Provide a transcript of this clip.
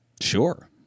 Sure